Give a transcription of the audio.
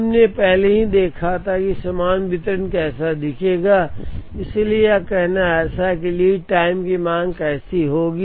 हमने पहले ही देखा था कि समान वितरण कैसा दिखेगा इसलिए यह कहना ऐसा है कि लीड टाइम की मांग कैसी होगी